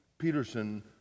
Peterson